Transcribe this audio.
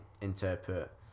interpret